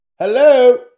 Hello